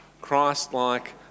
Christ-like